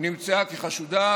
נמצאה חשודה,